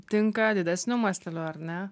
tinka didesniu masteliu ar ne